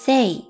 Say